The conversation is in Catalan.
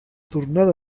tornada